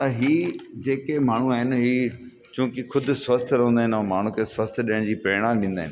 त हीउ जेके माण्हू आहिनि हीउ क्यूंकि ख़ुदि स्वस्थ रहंदा आहिनि ऐं माण्हुनि खे स्वस्थ ॾियण जी प्रेणा ॾींदा आहिनि